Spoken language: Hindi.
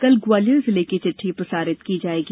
कल ग्वालियर जिले की चिट्ठी प्रसारित की जाएगी